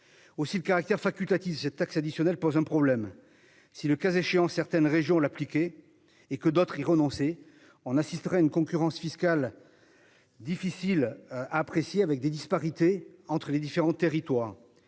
Aussi le caractère facultatif, cette taxe additionnelle pose un problème. Si le cas échéant certaines régions l'appliquer et que d'autres y renoncer, on assisterait à une concurrence fiscale. Difficile. Apprécier avec des disparités entre les différents territoires.